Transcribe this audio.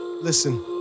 Listen